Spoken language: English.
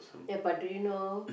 yeah but do you know